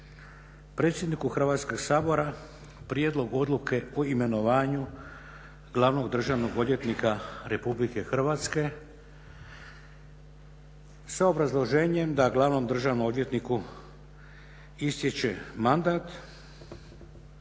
predsjedniku Hrvatskog sabora prijedlog odluke o imenovanju glavnog državnog odvjetnika RH sa obrazloženjem da glavnom državnom odvjetniku istječe mandat